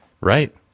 right